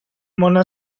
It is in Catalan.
mona